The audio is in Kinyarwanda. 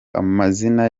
amazina